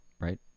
right